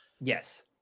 Yes